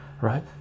right